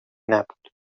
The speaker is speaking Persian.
نبود